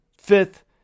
Fifth